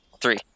three